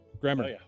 Grammar